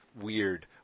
weird